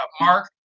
Mark